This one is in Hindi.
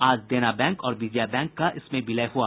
आज देना बैंक और विजया बैंक का इसमें विलय हुआ